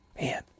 Man